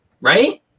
Right